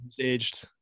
aged